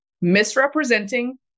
misrepresenting